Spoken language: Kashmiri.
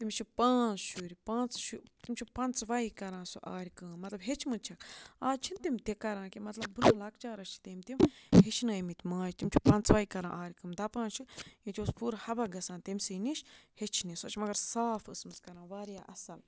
تٔمِس چھِ پانٛژھ شُرۍ پانٛژٕ شُہ تِم چھِ پانٛژوَے کَران سُہ آرِ کٲم مطلب ہیٚچھمٕژ چھَکھ آز چھِنہٕ تِم تہِ کَران کینٛہہ مطلب برٛونٛہہ لۄکچارَس چھِ تٔمۍ تِم ہیٚچھنٲومٕتۍ ماج تِم چھِ پانٛژوَے کَران آرِ کٲم دَپان چھِ ییٚتہِ اوس پوٗرٕ حَبق گژھان تٔمۍسٕے نِش ہیٚچھنہِ سۄ چھِ مگر صاف ٲسمٕژ کَران واریاہ اَصٕل